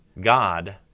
God